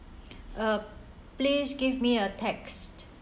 uh please give me a text